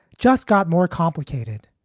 just got more complicated.